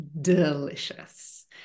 delicious